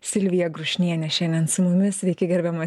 silvija grušnienė šiandien su mumis sveiki gerbiama